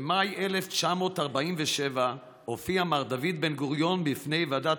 במאי 1947 הופיע מר דוד בן-גוריון בפני ועדת